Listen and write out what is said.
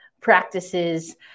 practices